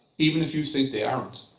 even if you think they aren't.